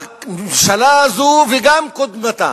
הממשלה הזאת, וגם קודמתה.